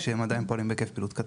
כשהם עדיין פועלים בהיקף פעילות קטן.